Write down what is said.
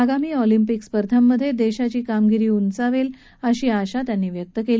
आगामी ऑलिंपिक स्पर्धांमधे देशाची कामगिरी उंचावेल अशी अशा त्यांनी व्यक्त केली